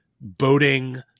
boating